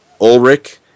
Ulrich